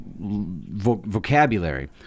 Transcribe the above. vocabulary